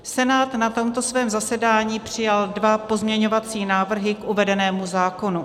Senát na tomto svém zasedání přijal dva pozměňovací návrhy k uvedenému zákonu.